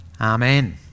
Amen